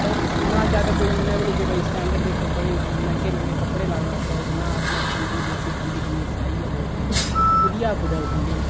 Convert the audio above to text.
होर ना ज्यादा कोई इन्ना बी नेईं के कोई स्टैंडर्ड दे कप बड़े मैंह्गे मैंह्गे कपड़े लाने दा शोक ना अपने तम्बी देसी तम्बी कमीज सेआइयै लोक ते कूदिया कुतैं उठी जंदे